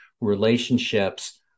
relationships